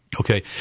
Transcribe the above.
Okay